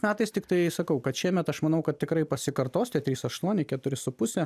metais tiktai sakau kad šiemet aš manau kad tikrai pasikartos tie trys aštuoni keturi su puse